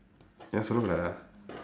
ஏன் சொல்ல கூடாதா:een solla kuudaathaa